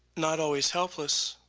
not always helpless,